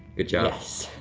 good job. yes.